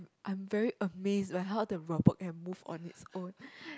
I am very amazed by how the robot can move on his own